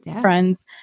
friends